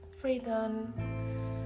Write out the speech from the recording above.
freedom